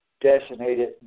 designated